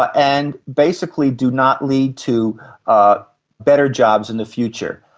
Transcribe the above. ah and basically do not lead to ah better jobs in the future.